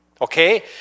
Okay